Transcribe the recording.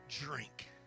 drink